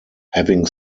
having